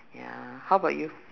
ya how about you